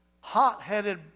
hot-headed